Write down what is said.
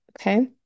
Okay